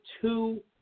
two